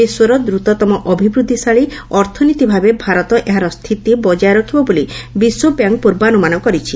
ବିଶ୍ୱର ଦ୍ରତତମ ଅଭିବୃଦ୍ଧିଶୀଳ ଅର୍ଥନୀତିଭାବେ ଭାରତ ଏହାର ସ୍ଥିତି ବଜାୟ ରଖିବ ବୋଲି ବିଶ୍ୱବ୍ୟାଙ୍କ୍ ପୂର୍ବାନ୍ଧମାନ କରିଛି